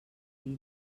una